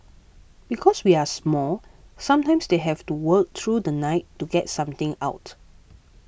because we are small sometimes they have to work through the night to get something out